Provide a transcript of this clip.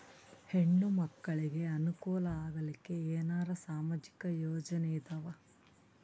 ಹೆಣ್ಣು ಮಕ್ಕಳಿಗೆ ಅನುಕೂಲ ಆಗಲಿಕ್ಕ ಏನರ ಸಾಮಾಜಿಕ ಯೋಜನೆ ಇದಾವ?